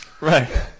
Right